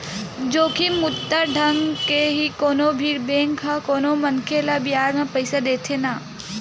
जोखिम मुक्त ढंग ले ही कोनो भी बेंक ह कोनो मनखे ल बियाज म पइसा देथे न